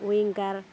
विंगार